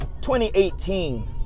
2018